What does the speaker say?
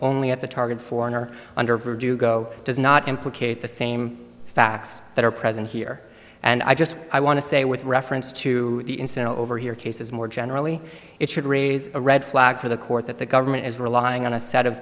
only at the target foreign or under of or do go does not implicate the same facts that are present here and i just i want to say with reference to the incident over here cases more generally it should raise a red flag for the court that the government is relying on a set of